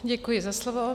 Děkuji za slovo.